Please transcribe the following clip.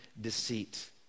deceit